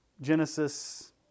Genesis